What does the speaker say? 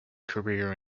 career